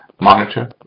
monitor